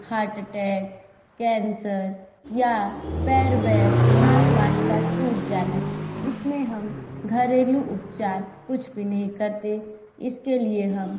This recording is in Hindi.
हार्ट अटैक कैंसर या पैर वैर हाथ वाथ का टूट जाना इसमें हम घरेलू उपचार कुछ भी नहीं करते इसके लिए हम